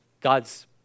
God's